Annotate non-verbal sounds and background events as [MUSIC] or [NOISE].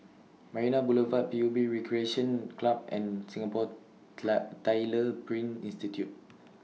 Marina Boulevard P U B Recreation Club and Singapore [UNINTELLIGIBLE] Tyler Print Institute